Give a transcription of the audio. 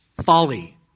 folly